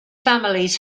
families